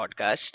podcast